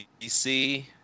PC